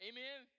Amen